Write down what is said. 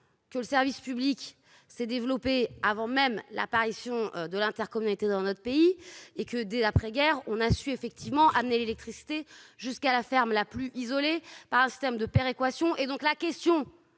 que le service public se soit développé avant même l'apparition de l'intercommunalité dans notre pays ! Dès l'après-guerre, on a su amener l'électricité jusqu'à la ferme la plus isolée grâce à un système de péréquation. La question